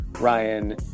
Ryan